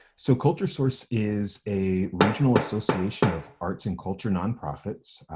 so culturesource is a regional association of arts and culture nonprofits.